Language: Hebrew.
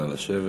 נא לשבת.